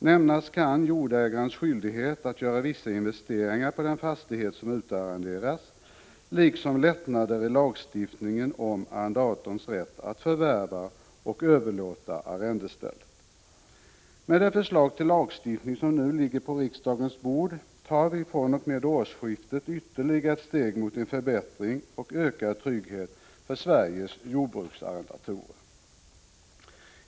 Nämnas kan jordägarens skyldighet att göra vissa investeringar på den fastighet som utarrenderas, liksom lättnader i lagstiftningen om arrendatorns rätt att förvärva och överlåta arrendestället. Med det förslag till lagstiftning som nu ligger på riksdagens bord tar vi fr.o.m. årsskiftet ytterligare ett steg mot en förbättring och en ökad trygghet för Sveriges jordbruksarrendatorer.